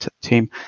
team